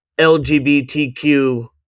LGBTQ